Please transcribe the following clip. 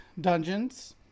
Dungeons